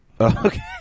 Okay